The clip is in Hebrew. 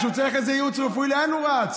כשהוא צריך איזה ייעוץ רפואי, לאן הוא רץ?